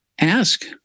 ask